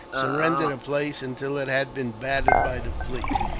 surrender the place until it had been battered by the fleet.